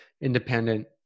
independent